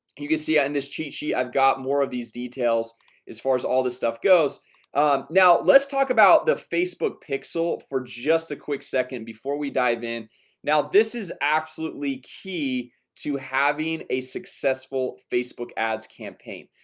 you can see on this cheat sheet i've got more of these details as far as all this stuff goes now let's talk about the facebook pixel for just a quick second before we dive in now this is absolutely key to having a successful facebook ads campaign.